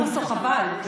חבר הכנסת בוסו, חבל.